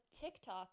TikTok